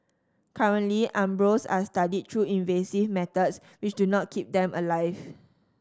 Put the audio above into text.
currently embryos are studied through invasive methods which do not keep them alive